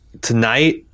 tonight